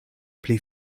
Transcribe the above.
pli